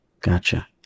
Gotcha